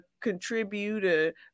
contribute